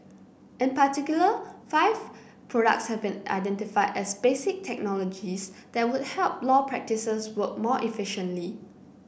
in particular five products have been identified as basic technologies that would help law practices work more efficiently